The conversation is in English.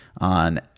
on